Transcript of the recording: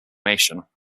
deformation